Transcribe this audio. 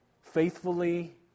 faithfully